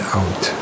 out